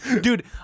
dude